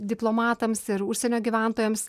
diplomatams ir užsienio gyventojams